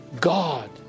God